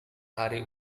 hari